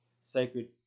sacred